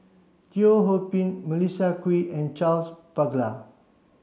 Teo Ho Pin Melissa Kwee and Charles Paglar